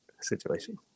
situation